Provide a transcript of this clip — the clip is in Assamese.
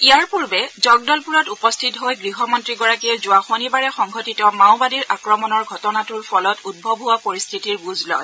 ইয়াৰ পূৰ্বে জগদলপুৰত উপস্থিত হৈ গৃহমন্ত্ৰীগৰাকীয়ে যোৱা শনিবাৰে সংঘটিত মাওবাদীৰ আক্ৰমণৰ ঘটনাটোৰ ফলত উদ্ভৱ হোৱা পৰিস্থিতিৰ বুজ লয়